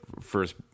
first